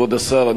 כבוד השר,